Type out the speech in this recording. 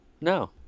No